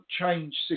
change